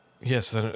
Yes